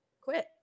quit